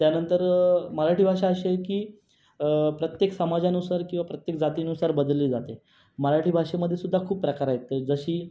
त्यानंतर मराठी भाषा अशी आहे की प्रत्येक समाजानुसार किंवा प्रत्येक जातीनुसार बदलली जाते मराठी भाषेमध्ये सुध्दा खूप प्रकार आहेत ते जशी